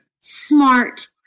smart